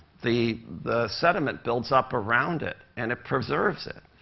the the sediment builds up around it, and it preserves it.